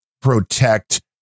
protect